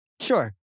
Sure